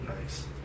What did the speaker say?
Nice